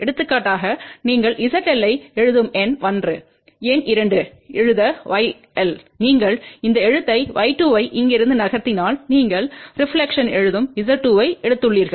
எடுத்துக்காட்டாக நீங்கள் zL ஐ எழுதும் எண் 1 எண் 2 எழுத yL நீங்கள் இந்த எழுத்தை y2 ஐ இங்கிருந்து நகர்த்தினால் நீங்கள் ரெப்லக்க்ஷன்பு எழுதும் z2 ஐ எடுத்துள்ளீர்கள்